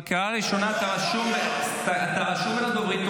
בקריאה הראשונה אתה רשום בין הדוברים,